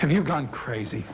have you gone crazy